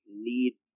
need